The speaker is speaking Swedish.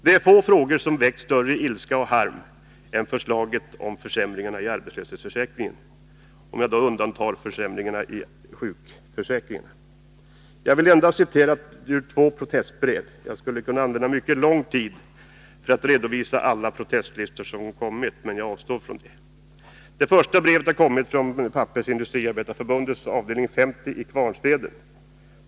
Det är få frågor som väckt större ilska och harm än förslaget om försämringarna i arbetslöshetsförsäkringen— jag undantar då försämringarna i sjukförsäkringen. Jag vill endast citera ur två protestbrev. Jag skulle kunna använda mycket lång tid för att redovisa alla protestlistor som kommit, men jag avstår från det. Det första brevet har kommit från Pappersindustriarbetareförbundets avdelning 50 i Kvarnsveden.